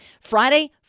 Friday